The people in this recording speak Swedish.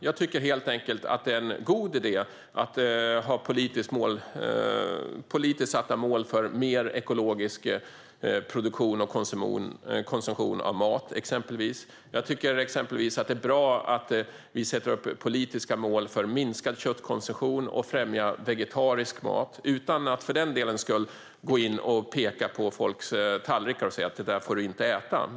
Jag tycker helt enkelt att det är en god idé att ha politiskt satta mål för exempelvis större produktion och konsumtion av ekologisk mat. Jag tycker också att det är bra att vi sätter upp politiska mål för att minska köttkonsumtionen och främja vegetarisk mat - utan att för den skull gå in och peka på folks tallrikar och säga: Det där får du inte äta.